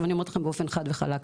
עכשיו אני אומרת לכם באופן חד וחלק,